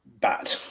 bad